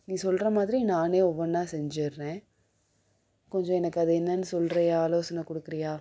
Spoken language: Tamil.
நீ சொல்கிற மாதிரி நானே ஒவ்வொன்னாக செஞ்சிடுறேன் கொஞ்சம் எனக்கு அது என்னென்னு சொல்கிறியா ஆலோசனை கொடுக்குறியா